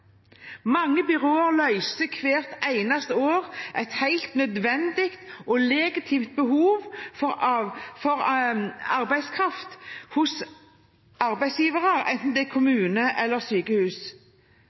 Mange byråer løser hvert eneste år et helt nødvendig og legitimt behov for arbeidskraft hos arbeidsgivere, enten det er